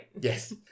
Yes